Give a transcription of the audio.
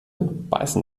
beißen